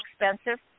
expensive